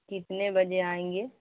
کتنے بجے آئیں گے